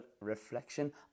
reflection